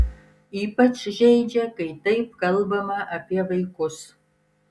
ypač žeidžia kai taip kalbama apie vaikus